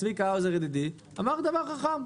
צביקה האוזר ידידי אמר דבר חכם,